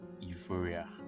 euphoria